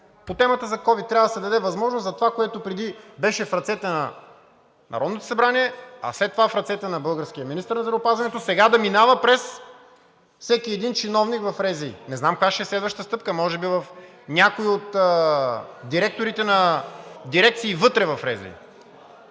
По темата за ковид трябва да се даде възможност за това, което преди беше в ръцете на Народното събрание, а след това в ръцете на българския министър на здравеопазването, сега да минава през всеки един чиновник в РЗИ. Не знам каква ще е следващата стъпка. Може би в някои от директорите на дирекции вътре в РЗИ?!